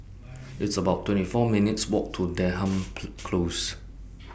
It's about twenty four minutes' Walk to Denham Close